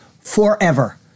forever